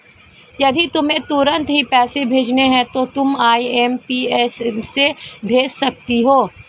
यदि तुम्हें तुरंत ही पैसे भेजने हैं तो तुम आई.एम.पी.एस से भेज सकती हो